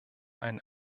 ein